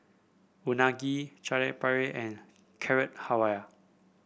Unagi Chaat Papri and Carrot Halwa